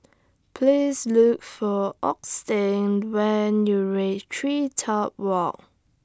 Please Look For Augustin when YOU REACH TreeTop Walk